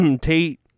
Tate